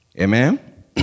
Amen